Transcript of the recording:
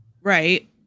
Right